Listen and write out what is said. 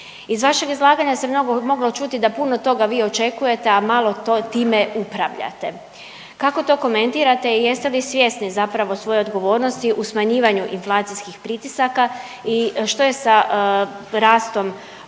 Iz vašeg izlaganja se moglo čuti da puno toga vi očekujete, a malo time upravljate. Kako to komentirate i jeste li svjesni zapravo svoje odgovornosti u smanjivanju inflacijskih pritisaka i što je sa rastom